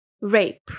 rape